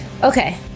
Okay